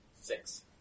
six